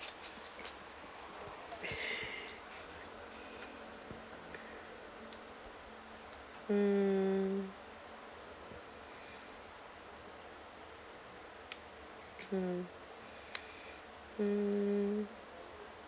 mm mm mm